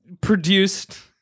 produced